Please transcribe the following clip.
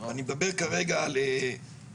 אני מדבר כרגע על התעמלות,